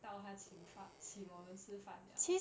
到他请 fa~ 请我们吃饭 liao